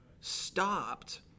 stopped